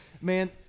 Man